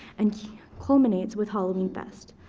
and culminates with halloween fest.